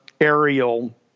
aerial